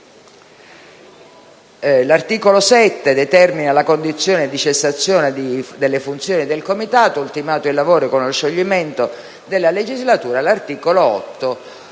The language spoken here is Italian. L'articolo 7 determina la condizione di cessazione delle funzioni del Comitato (ultimato il lavoro o con lo scioglimento della legislatura). L'articolo 8